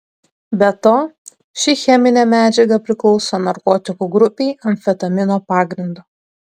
be to ši cheminė medžiaga priklauso narkotikų grupei amfetamino pagrindu